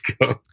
go